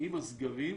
עם הסגרים